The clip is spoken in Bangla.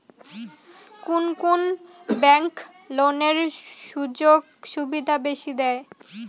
কুন কুন ব্যাংক লোনের সুযোগ সুবিধা বেশি দেয়?